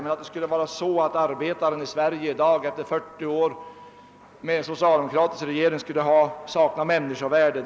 Men man går väl ändå för långt om man påstår att arbetaren i Sverige i dag efter 40 år med socialdemokratisk regering skulle sakna människovärde.